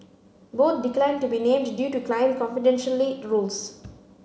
both declined to be named due to client confidentialy rules